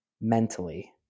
mentally